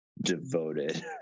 devoted